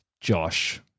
Josh